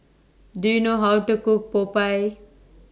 Do YOU know How to Cook Popiah